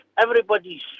Everybody's